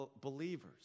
believers